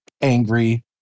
angry